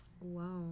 Wow